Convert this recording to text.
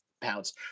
pounds